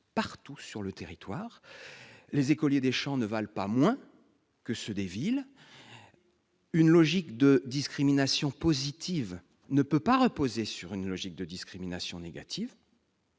partout sur le territoire. Les écoliers des champs ne valent pas moins que ceux des villes. Une logique de discrimination positive ne peut pas reposer sur une logique de discrimination négative.